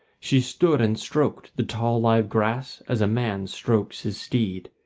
she stood and stroked the tall live grass as a man strokes his steed.